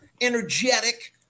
energetic